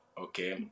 Okay